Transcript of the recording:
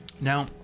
Now